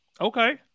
Okay